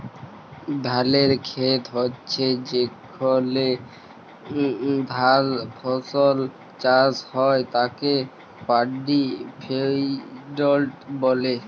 ধালের খেত হচ্যে যেখলে ধাল ফসল চাষ হ্যয় তাকে পাড্ডি ফেইল্ড ব্যলে